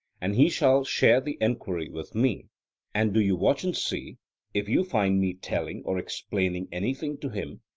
and he shall share the enquiry with me and do you watch and see if you find me telling or explaining anything to him,